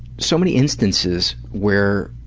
so many instances where